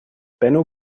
benno